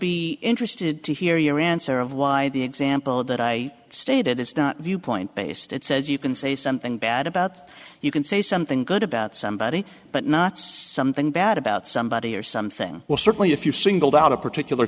be interested to hear your answer of why the example that i stated is not viewpoint based it says you can say something bad about you can say something good about somebody but not something bad about somebody or something well certainly if you singled out a particular